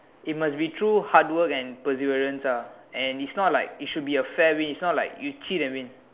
it must be through hard work and perseverance ah and it's not like it should be like a fair win it's not like you cheat and win